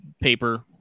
paper